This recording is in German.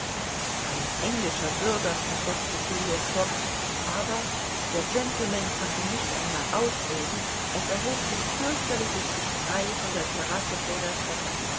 ein englischer bürger versetzte phileas fogg aber der gentleman konnte nicht einmal ausreden es erhob sich fürchterliches geschrei von der terrasse vor der treppe